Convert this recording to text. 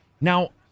Now